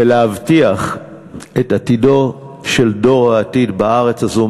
ולהבטיח את עתידו של דור העתיד בארץ הזו.